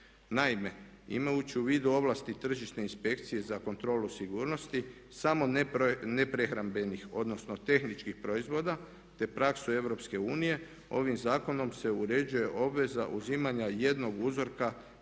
Naime, imajući u vidu ovlasti Tržišne inspekcije za kontrolu sigurnosti samo neprehrambenih, odnosno tehničkih proizvoda, te praksu EU ovim zakonom se uređuje obveza uzimanja jednog uzorka